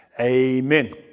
Amen